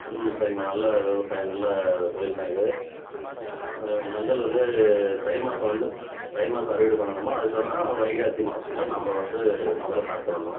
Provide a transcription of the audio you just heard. ம் சரிமா நல்ல விவசாயம் நல்ல தொழில் தான் இது மஞ்சள் வந்து தை மாசம் வந்து தை மாசம் அறுவடை பண்ணணும்மா அதுக்கு தகுந்த வைகாசி மாசத்தில் நம்ப வந்து முதல்ல ஸ்டார்ட் பண்ணணும்